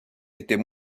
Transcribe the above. était